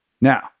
Now